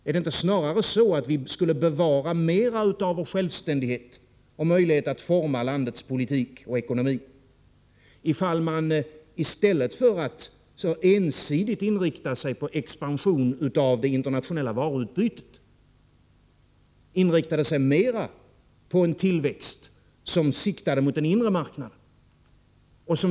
Är det inte snarare så, att vi skulle bevara mer av vår självständighet och möjlighet att forma landets politik och ekonomi, om vi i stället för att ensidigt inrikta oss på expansion av det internationella varuutbytet inriktade oss mer på en tillväxt, som gäller den inre marknaden.